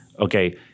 okay